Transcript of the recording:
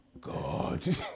God